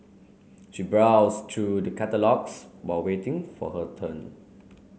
she browsed through the catalogues while waiting for her turn